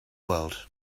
world